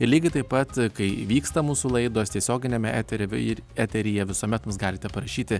ir lygiai taip pat kai vyksta mūsų laidos tiesioginiame etery ir eteryje visuomet mums galite parašyti